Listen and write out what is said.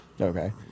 Okay